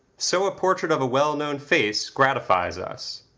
so a portrait of a well-known face gratifies us.